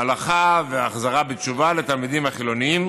הלכה והחזרה בתשובה לתלמידים החילונים,